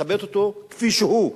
לכבד אותו כפי שהוא,